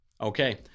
Okay